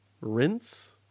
rinse